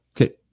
Okay